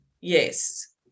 Yes